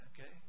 Okay